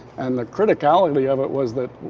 and the criticality of it was that,